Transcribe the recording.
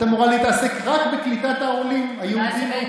את אמורה להתעסק רק בקליטת העולים היהודים מאוקראינה.